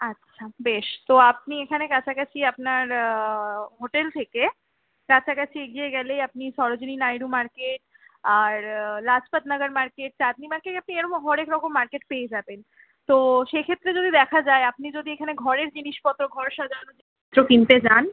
আচ্ছা বেশ তো আপনি এখানে কাছাকাছি আপনার হোটেল থেকে কাছাকাছি এগিয়ে গেলেই আপনি সরোজিনী নাইডু মার্কেট আর লাজপত নগর মার্কেট চাঁদনী মার্কেট আপনি এরকম হরেক রকম মার্কেট পেয়ে যাবেন তো সেক্ষেত্রে যদি দেখা যায় আপনি যদি এখানে ঘরের জিনিসপত্র ঘর সাজানোর জিনিসপত্র কিনতে চান